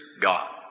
God